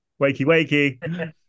Wakey-wakey